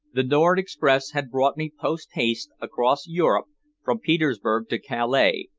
the nord express had brought me posthaste across europe from petersburg to calais,